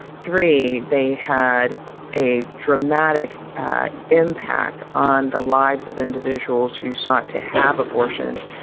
three, they had a dramatic impact on the lives of individuals who sought to have abortions,